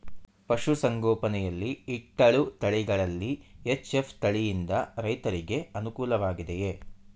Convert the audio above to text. ಪಶು ಸಂಗೋಪನೆ ಯಲ್ಲಿ ಇಟ್ಟಳು ತಳಿಗಳಲ್ಲಿ ಎಚ್.ಎಫ್ ತಳಿ ಯಿಂದ ರೈತರಿಗೆ ಅನುಕೂಲ ವಾಗಿದೆಯೇ?